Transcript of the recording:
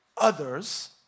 Others